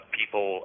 people